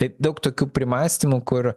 tai daug tokių primąstymų kur